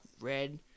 red